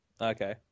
Okay